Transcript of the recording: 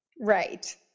Right